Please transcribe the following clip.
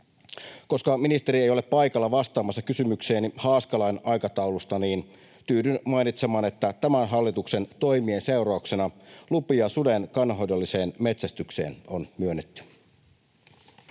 Koska ministeri ei ole paikalla vastaamassa kysymykseeni haaskalain aikataulusta, niin tyydyn mainitsemaan, että tämän hallituksen toimien seurauksena lupia suden kannanhoidolliseen metsästykseen on myönnetty.